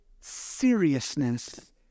seriousness